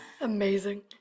Amazing